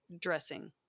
dressing